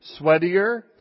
sweatier